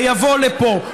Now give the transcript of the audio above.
ויבוא לפה.